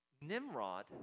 Nimrod